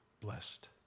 blessed